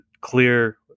clear